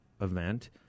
event